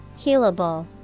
Healable